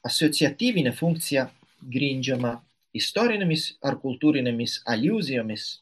asociatyvinė funkcija grindžiama istorinėmis ar kultūrinėmis aliuzijomis